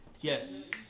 Yes